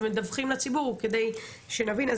ומדווחים לציבור כדי שנבין,